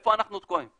איפה אנחנו תקועים?